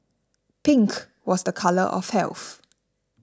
pink was the colour of health